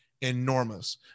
enormous